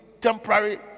temporary